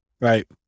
Right